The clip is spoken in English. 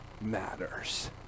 matters